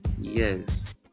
Yes